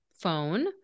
phone